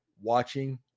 watching